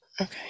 Okay